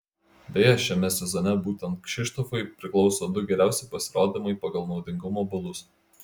beje šiame sezone būtent kšištofui priklauso du geriausi pasirodymai pagal naudingumo balus